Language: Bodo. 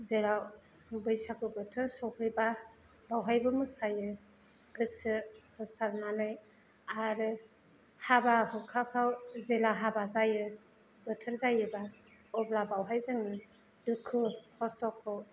जेराव बैसागु बोथोर सौफैबा बावहायबो मोसायो गोसो होसारनानै आरो हाबा हुखाफ्राव जेला हाबा जायो बोथोर जायोबा अब्ला बावहाय जोङो दुखु खस्थ'खौ